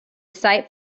sight